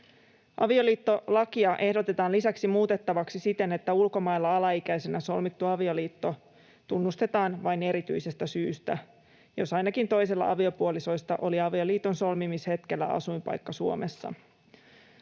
Avioliittolakia ehdotetaan lisäksi muutettavaksi siten, että ulkomailla alaikäisenä solmittu avioliitto tunnustetaan vain erityisestä syystä, jos ainakin toisella aviopuolisoista oli avioliiton solmimishetkellä asuinpaikka Suomessa.